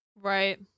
Right